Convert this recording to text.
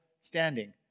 standing